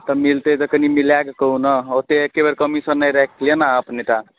तऽ मिलतै तऽ कनी मिलाके कहू ने ओते एके बेर कमीशन नहि राखि लियै ने अपने टा